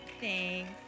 thanks